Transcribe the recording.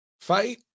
fight